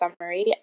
summary